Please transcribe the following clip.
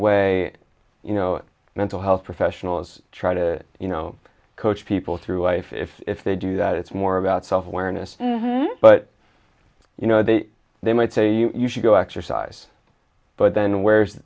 i you know mental health professionals try to you know coach people through life if if they do that it's more about self awareness but you know they might say you should go exercise but then where's